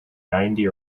ninety